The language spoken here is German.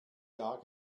jahr